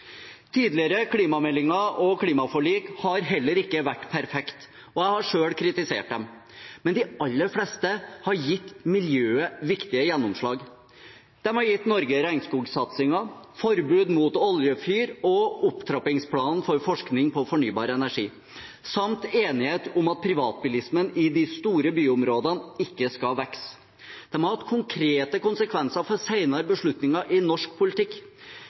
Tidligere klimameldinger og klimaforlik har heller ikke vært perfekte, og jeg har selv kritisert dem. Men de aller fleste har gitt miljøet viktige gjennomslag. De har gitt Norge regnskogsatsinger, forbud mot oljefyr, opptrappingsplan for forskning på fornybar energi, samt enighet om at privatbilismen i de store byområdene ikke skal vokse. De har hatt konkrete konsekvenser for senere beslutninger i norsk politikk.